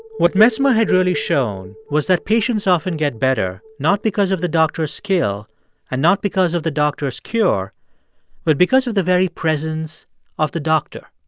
what mesmer had really shown was that patients often get better not because of the doctor's skill and not because of the doctors cure but because of the very presence of the doctor.